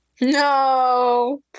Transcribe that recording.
no